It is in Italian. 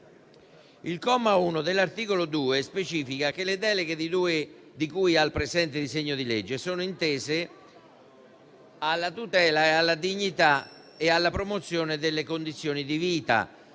Il comma 1 dell'articolo 2 specifica che le deleghe di cui al presente disegno di legge sono tese alla tutela della dignità e alla promozione delle condizioni di vita,